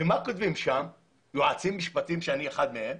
ומה כותבים שם היועצים המשפטיים שאני אחד מהם?